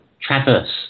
traverse